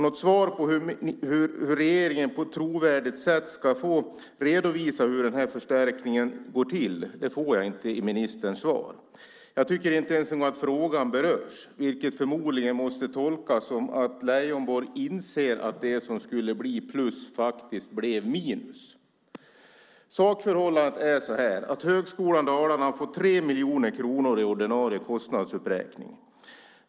Något svar på hur regeringen på ett trovärdigt sätt ska redovisa hur förstärkningen går till får jag inte i ministerns svar. Jag tycker inte ens att frågan berörs, vilket förmodligen måste tolkas som att Leijonborg inser att det som skulle bli plus faktiskt blev minus. Sakförhållandet är så här: Högskolan Dalarna har fått 3 miljoner kronor i ordinarie kostnadsuppräkning.